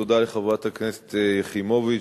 תודה לחברת הכנסת יחימוביץ.